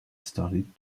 studied